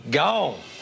gone